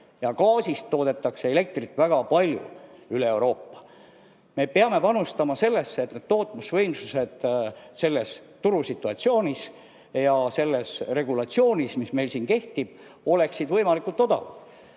Gaasist toodetakse elektrit väga palju üle Euroopa. Me peame panustama sellesse, et tootmisvõimsused selles turusituatsioonis ja selles regulatsioonis, mis meil siin kehtib, oleksid võimalikult odavad.